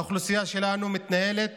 היא מתנהלת